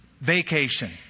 vacation